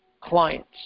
clients